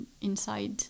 inside